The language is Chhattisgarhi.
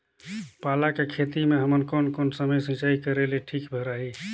पाला के खेती मां हमन कोन कोन समय सिंचाई करेले ठीक भराही?